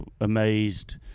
amazed